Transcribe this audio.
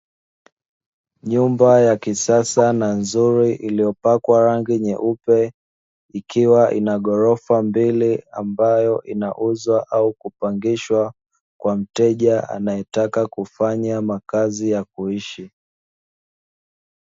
Nyumba ya kisasa na nzuri iliyopakwa rangi nyeupe, ikiwa ina ghorofa mbili, ambayo inauzwa au kupangishwa kwa mteja anayetaka kufanya makazi ya kuishi.